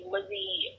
Lizzie